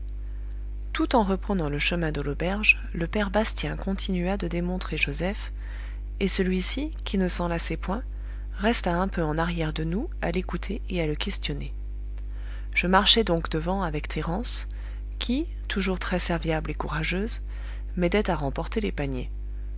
tout en reprenant le chemin de l'auberge le père bastien continua de démontrer joseph et celui-ci qui ne s'en lassait point resta un peu en arrière de nous à l'écouter et à le questionner je marchais donc devant avec thérence qui toujours très serviable et courageuse m'aidait à remporter les paniers